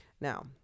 Now